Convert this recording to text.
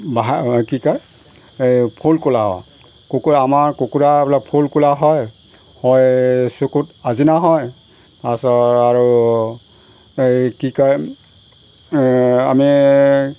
বা হা কি কয় এই ফুল কোলা কুকুৰা আমাৰ কুকুৰা বোলে ফুল কোলা হয় হয় চকুত আজিনা হয় তাৰছত আৰু এই কি কয় আমি